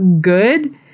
good